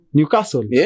Newcastle